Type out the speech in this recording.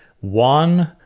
one